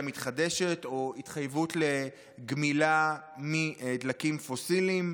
מתחדשת או התחייבות לגמילה מדלקים פוסיליים.